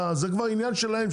זה כבר עניין שלהם.